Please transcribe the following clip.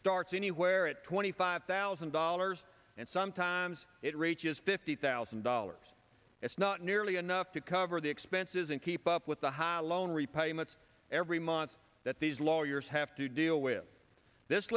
starts anywhere at twenty five thousand dollars and sometimes it reaches fifty thousand dollars it's not nearly enough to cover the expenses and keep up with the high loan repayments every month that these lawyers have to deal with this